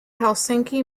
helsinki